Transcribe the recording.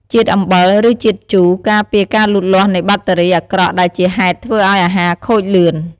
ជាតិអំបិល ឬ ជាតិជូរ ការពារការលូតលាស់នៃបាក់តេរីអាក្រក់ដែលជាហេតុធ្វើឲ្យអាហារខូចលឿន។